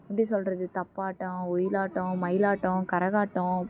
எப்படி சொல்கிறது தப்பாட்டம் ஒயிலாட்டம் மயிலாட்டம் கரகாட்டம்